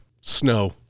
snow